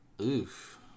oof